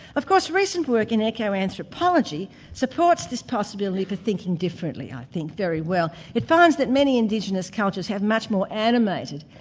of course recent work in eco-anthropology supports this possibility for thinking differently, i think, very well. it finds that many indigenous cultures have much more animated,